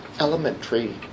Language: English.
Elementary